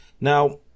Now